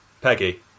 Peggy